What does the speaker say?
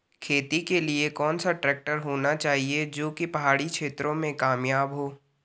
खेती के लिए कौन सा ट्रैक्टर होना चाहिए जो की पहाड़ी क्षेत्रों में कामयाब हो?